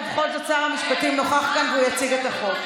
ובכל זאת שר המשפטים נוכח כאן והוא יציג את החוק.